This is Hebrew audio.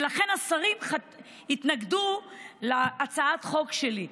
ולכן השרים התנגדו להצעת החוק שלי.